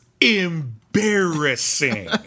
embarrassing